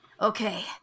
Okay